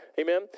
Amen